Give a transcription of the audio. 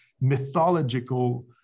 mythological